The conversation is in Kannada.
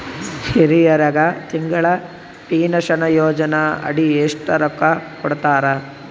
ಹಿರಿಯರಗ ತಿಂಗಳ ಪೀನಷನಯೋಜನ ಅಡಿ ಎಷ್ಟ ರೊಕ್ಕ ಕೊಡತಾರ?